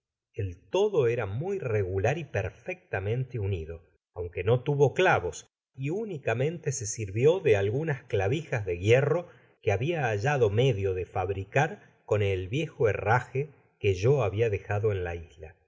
el todo era muy regular y perfectamente unido aunque no tuvo clavos y únicamente se sirvió de algunas clavijas de hierro que habia hallado medio de fabrioar con el viejo herraje que yo habia dejado en la isla